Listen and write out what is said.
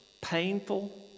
painful